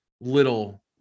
little